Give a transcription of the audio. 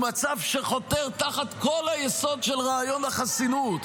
הוא מצב שחותר תחת כל היסוד של רעיון החסינות.